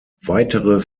weitere